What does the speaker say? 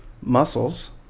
muscles